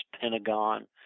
Pentagon